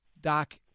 Doc